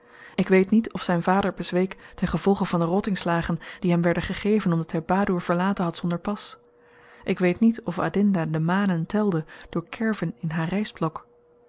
ik weet niet of zyn vader bezweek ten gevolge van de rottingslagen die hem werden gegeven omdat hy badoer had verlaten zonder pas ik weet niet of adinda de manen telde door kerven in